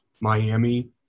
Miami